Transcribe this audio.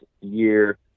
year